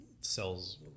sells